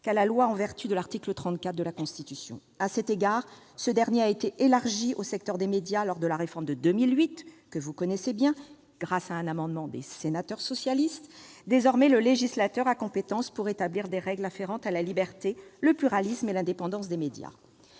qu'à la loi », en vertu de l'article 34 de la Constitution. À cet égard, ce dernier a été élargi au secteur des médias lors de la réforme constitutionnelle de 2008, que vous connaissez bien, monsieur le ministre, grâce à un amendement des sénateurs socialistes. Désormais, le législateur a compétence pour établir les règles concernant « la liberté, le pluralisme et l'indépendance des médias